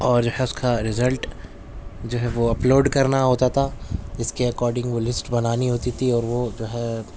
اور جو ہے اس کا رزلٹ جو ہے وہ اپ لوڈ کرنا ہوتا تھا جس کے اکارڈنگ وہ لسٹ بنانی ہوتی تھی اور وہ جو ہے